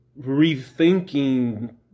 rethinking